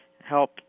help